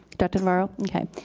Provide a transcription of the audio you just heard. dr. navarro? okay,